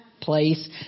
place